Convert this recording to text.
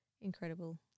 incredible